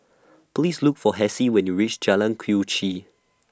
Please Look For Hassie when YOU REACH Jalan Quee Chee